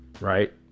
right